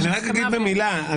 רק במילה.